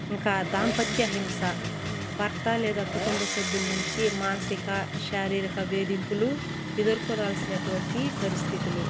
ఇంకా దాంపత్యహింస భర్త లేదా కుటుంబ సభ్యుల నుంచి మానసిక శారీరక వేధింపులు ఎదుర్కొనాల్సినటువంటి పరిస్థితులు